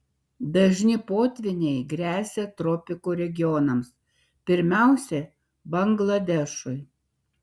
dažni potvyniai gresia tropikų regionams pirmiausia bangladešui